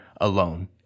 alone